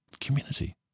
community